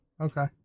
Okay